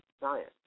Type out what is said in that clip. science